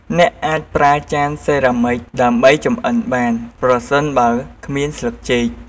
អ្នកអាចប្រើចានសេរ៉ាមិចដើម្បីចម្អិនបាន ប្រសិនបើគ្មានស្លឹកចេក។